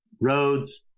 roads